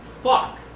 fuck